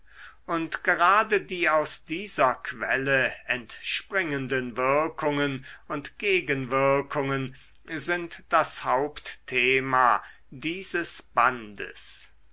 und gerade die aus dieser quelle entspringenden wirkungen und gegenwirkungen sind das hauptthema dieses bandes